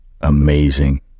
Amazing